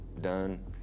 done